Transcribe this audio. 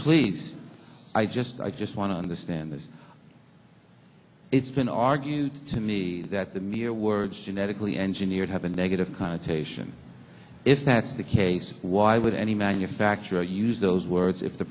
please i just i just want to understand this it's been argued to me that the mere words genetically engineered have a negative connotation if that's the case why would any manufacturer use those words if the